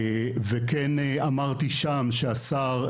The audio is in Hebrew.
וכן אמרתי שם שהשר,